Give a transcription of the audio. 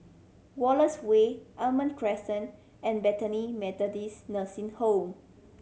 Wallace Way Almond Crescent and Bethany Methodist Nursing Home